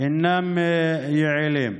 אינם יעילים?